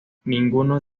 ninguno